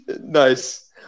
Nice